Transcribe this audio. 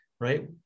right